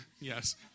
yes